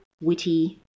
witty